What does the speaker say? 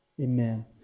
Amen